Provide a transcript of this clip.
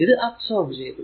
ഇത് അബ്സോർബ് ചെയ്തു